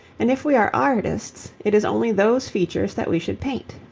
and if we are artists it is only those features that we should paint.